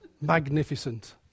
Magnificent